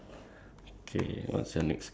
then I got it as a gift so